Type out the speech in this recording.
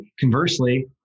conversely